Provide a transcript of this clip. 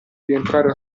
rientrare